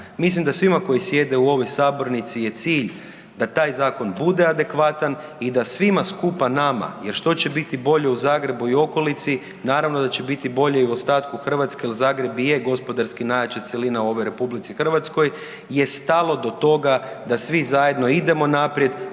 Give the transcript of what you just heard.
Mislim da svima koji sjede u ovoj sabornici je cilj da taj zakon bude adekvatan i da svima skupa nama, jer što će biti bolje u Zagrebu i okolici, naravno da će biti bolje i ostatku Hrvatske jer Zagreb i je gospodarski najjača cjelina u ovoj RH je stalo do toga da svi zajedno idemo naprijed